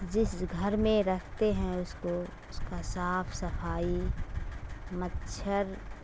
جس گھر میں رکھتے ہیں اس کو اس کا صاف صفائی مچھر